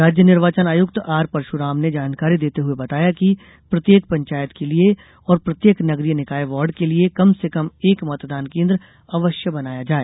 राज्य निर्वाचन आयुक्त आर परशुराम ने जानकारी देते हुए बताया कि प्रत्येक पंचायत के लिये और प्रत्येक नगरीय निकाय वार्ड के लिये कम से कम एक मतदान केन्द्र अवश्य बनाया जाए